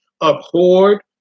abhorred